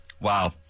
Wow